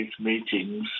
meetings